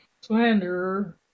slanderer